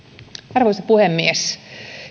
arvoisa puhemies